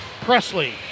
Presley